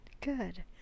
Good